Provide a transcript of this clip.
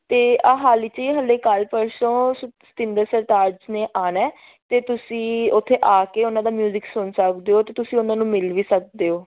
ਅਤੇ ਆਹ ਹਾਲੀ 'ਚ ਹਾਲੇ ਕੱਲ੍ਹ ਪਰਸੋਂ ਸਤਿੰਦਰ ਸਰਤਾਜ ਨੇ ਆਉਣਾ ਤਾਂ ਤੁਸੀਂ ਉੱਥੇ ਆ ਕੇ ਉਹਨਾਂ ਦਾ ਮਿਊਜ਼ਿਕ ਸੁਣ ਸਕਦੇ ਹੋ ਅਤੇ ਤੁਸੀਂ ਉਹਨਾਂ ਨੂੰ ਮਿਲ ਵੀ ਸਕਦੇ ਹੋ